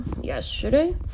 yesterday